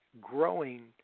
growing